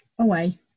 away